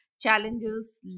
challenges